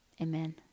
Amen